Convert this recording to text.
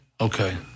Okay